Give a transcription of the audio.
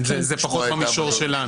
זה פחות במישור שלנו.